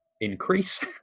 increase